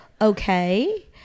okay